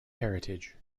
heritage